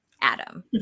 Adam